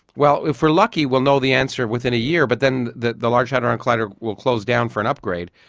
well, if we're lucky we'll know the answer within a year, but then the the large hadron collider will close down for an upgrade.